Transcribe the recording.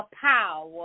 power